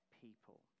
people